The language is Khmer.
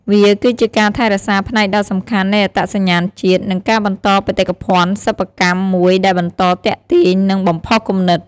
វាគឺជាការថែរក្សាផ្នែកដ៏សំខាន់នៃអត្តសញ្ញាណជាតិ និងការបន្តបេតិកភណ្ឌសិប្បកម្មមួយដែលបន្តទាក់ទាញ និងបំផុសគំនិត។